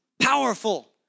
powerful